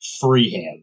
freehand